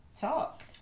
Talk